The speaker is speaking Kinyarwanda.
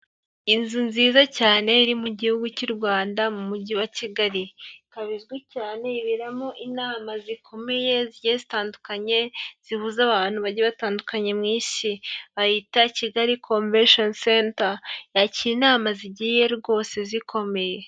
Inzu nziza cyane iri mu gihugu cy'u Rwanda mu mujyi wa Kigali, ikaba izwi cyane, iberamo zikomeye zigiye zitandukanye zihuza abantu batandukanye mu isi, bayita Kigali Komvesheni senta, yakira inama zigiye rwose zikomeye.